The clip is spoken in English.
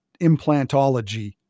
implantology